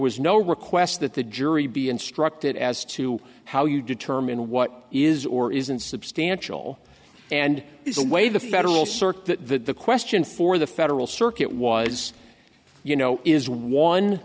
was no request that the jury be instructed as to how you determine what is or isn't substantial and there's a way the federal circuit the question for the federal circuit was you know is one